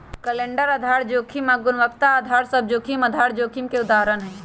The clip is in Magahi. कैलेंडर आधार जोखिम आऽ गुणवत्ता अधार सभ जोखिम आधार जोखिम के उदाहरण हइ